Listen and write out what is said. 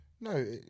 No